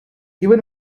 even